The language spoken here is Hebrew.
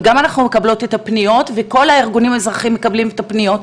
וגם אנחנו מקבלות את הפניות וכל הארגונים האזרחיים מקבלים את הפניות,